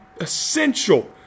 essential